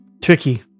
tricky